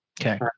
okay